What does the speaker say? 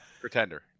Pretender